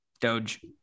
Doge